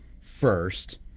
first